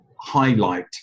highlight